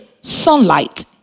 sunlight